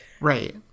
Right